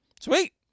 Sweet